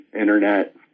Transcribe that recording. internet